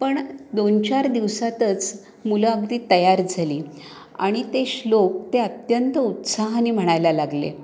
पण दोनचार दिवसातच मुलं अगदी तयार झाली आणि ते श्लोक ते अत्यंत उत्साहाने म्हणायला लागले